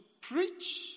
preach